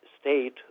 state